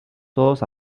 todos